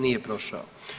Nije prošao.